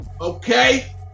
Okay